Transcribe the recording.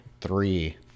three